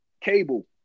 cable